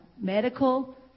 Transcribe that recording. medical